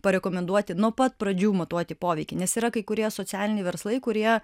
parekomenduoti nuo pat pradžių matuoti poveikį nes yra kai kurie socialiniai verslai kurie